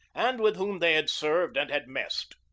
and with whom they had served and had messed.